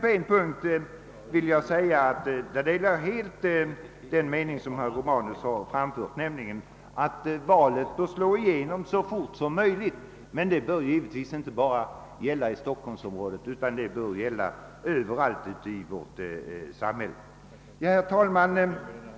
På en punkt delar jag helt den mening som herr Romanus framfört, nämligen då han säger att valet bör slå igenom så fort som möjligt. Detta bör givetvis inte bara gälla stockholmsområdet utan det bör gälla överallt i vårt land. Herr talman!